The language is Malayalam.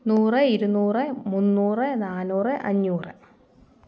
നൂറ് ഇരുന്നൂറ് മുന്നൂറ് നാനൂറ് അഞ്ഞൂറ്